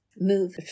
move